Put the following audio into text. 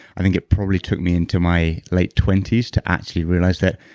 i think it probably took me into my late twenty s to actually realize that,